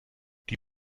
die